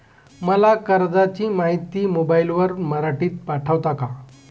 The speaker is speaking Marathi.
मला कर्जाची माहिती मोबाईलवर मराठीत पाठवता का?